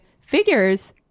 figures